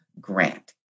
grant